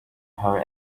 her